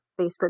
Facebook